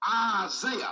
Isaiah